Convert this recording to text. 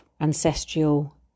ancestral